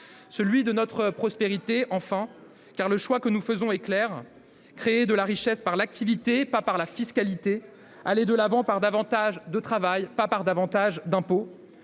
pour notre prospérité, enfin, car le choix que nous faisons est clair : créer de la richesse par l'activité, non pas par la fiscalité ; aller de l'avant par plus de travail, et non par plus d'impôt.